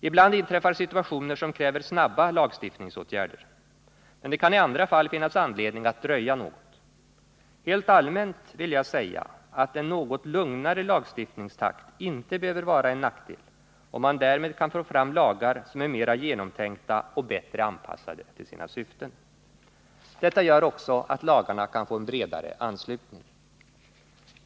Ibland inträffar situationer som kräver snabba lagstiftningsåtgärder. Men det kan i andra fall finnas anledning att dröja något. Helt allmänt vill jag säga att en något lugnare lagstiftningstakt inte behöver vara en nackdel, om man därmed kan få fram lagar som är mera genomtänkta och bättre anpassade till sina syften. Detta gör också att lagarna kan få en bredare anslutning.